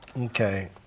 Okay